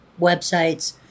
websites